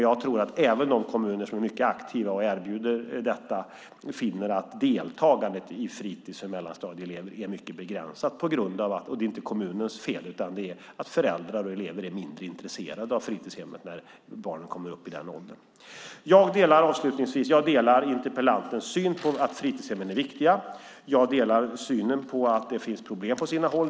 Jag tror dock att även de kommuner som är mycket aktiva och erbjuder detta finner att deltagandet i fritis hos mellanstadieelever är mycket begränsat. Det är inte kommunens fel, utan det beror på att föräldrar och elever är mindre intresserade av fritidshem när barnen kommer upp i den åldern. Jag delar interpellantens syn på att fritidshemmen är viktiga. Jag delar synen att det finns problem på sina håll.